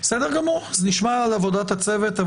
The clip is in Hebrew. אז נשמע על עבודת הצוות,